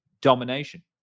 domination